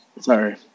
Sorry